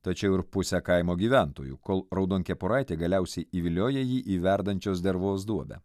tačiau ir pusę kaimo gyventojų kol raudonkepuraitė galiausiai įvilioja jį į verdančios dervos duobę